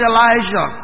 Elijah